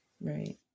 right